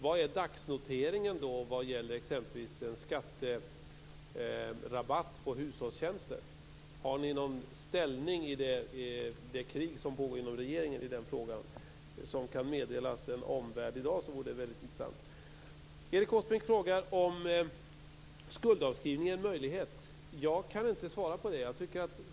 Vad är dagsnoteringen vad gäller exempelvis en skatterabatt på hushållstjänster? Har ni någon ställning i det krig som pågår inom regeringen i den frågan som kan meddelas en omvärld i dag? Det vore väldigt intressant. Erik Åsbrink frågar om skuldavskrivning är en möjlighet. Jag kan inte svara på det.